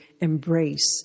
embrace